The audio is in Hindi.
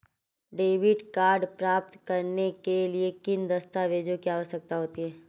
डेबिट कार्ड प्राप्त करने के लिए किन दस्तावेज़ों की आवश्यकता होती है?